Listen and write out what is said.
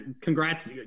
congrats